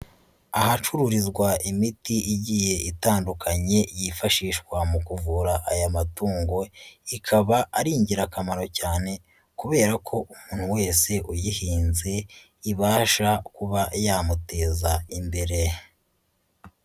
Ahacururizwa imiti igiye itandukanye yifashishwa mu kuvura aya matungo, ikaba ari ingirakamaro cyane kubera ko umuntu wese uyihinze ibasha kuba yamuteza imbere.